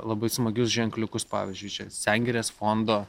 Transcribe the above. labai smagius ženkliukus pavyzdžiui čia sengirės fondo